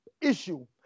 issue